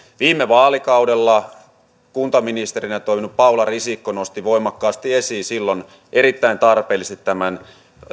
viime vaalikaudella kuntaministerinä toiminut paula risikko nosti voimakkaasti esiin silloin erittäin tarpeellisesti tämän